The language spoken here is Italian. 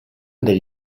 delle